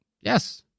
Yes